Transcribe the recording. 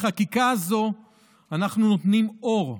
בחקיקה הזו אנחנו נותנים גם אור,